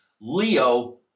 Leo